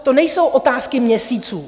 To nejsou otázky měsíců.